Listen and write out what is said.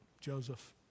Joseph